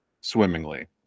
swimmingly